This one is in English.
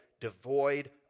devoid